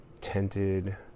tented